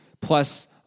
plus